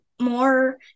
more